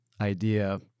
idea